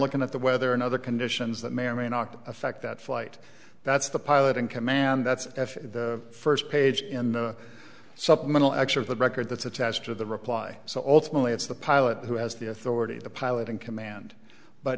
looking at the weather and other conditions that may or may not affect that flight that's the pilot in command that's the first page in the supplemental xor of the record that's attached to the reply so ultimately it's the pilot who has the authority the pilot in command but